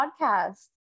podcast